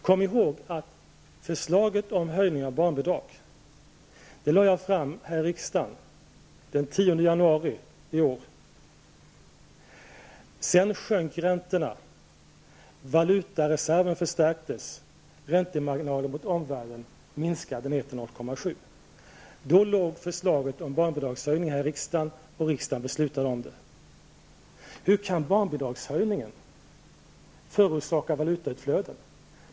Kom ihåg att förslaget om höjning av barnbidraget lade jag fram här i riksdagen den 10 Sedan sjönk räntorna, valutareserven förstärktes, räntemarginalen gentemot omvärlden minskade till 0,7 %. Då låg förslaget om barnbidragshöjning här i riksdagen och riksdagen beslutade om den. Hur kan barnbidragshöjningen förorsaka valutautflöden?